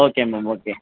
okay ma'am okay